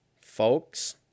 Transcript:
folks